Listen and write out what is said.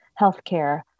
healthcare